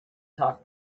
talk